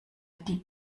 die